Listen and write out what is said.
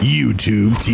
YouTube